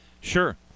Sure